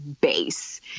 base